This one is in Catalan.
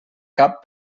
cap